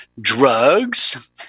drugs